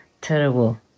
terrible